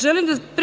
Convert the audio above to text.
Želim